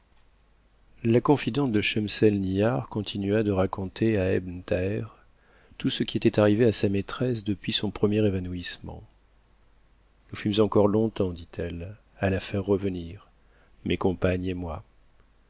la confidente de schemselnihar continua de raconter à ebn thàher tout ce qui était arrivé à sa mattresse depuis son premier évanouissement nous fûmes encore longtemps dit-elle à la faire revenir mes compagnes et moi